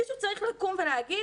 מישהו צריך לקום ולהגיד: